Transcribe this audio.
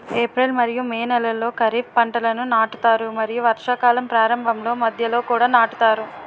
April మరియు May నెలలో ఖరీఫ్ పంటలను నాటుతారు మరియు వర్షాకాలం ప్రారంభంలో మధ్యలో కూడా నాటుతారు